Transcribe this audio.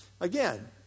again